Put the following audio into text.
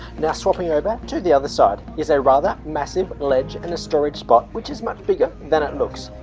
now swapping over to the other side is a rather massive ledge and a storage spot which is much bigger than it looks.